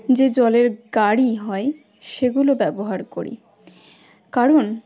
যে জলের গাড়ি হয় সেগুলো ব্যবহার করি কারণ